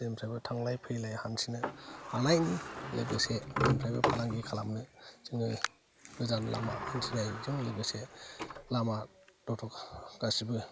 जेनिफ्रायबो थांलाय फैलाय हान्थिनो हानायनि लोगोसे जेनिफ्रायबो फालांगि खालामनो जोङो गोजान लामा हान्थिनाय जों लोगोसे लामा दथ'खा गासिबो